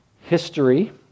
history